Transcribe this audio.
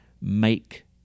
make